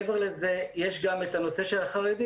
מעבר לזה, יש כאן את הנושא של החרדים.